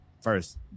first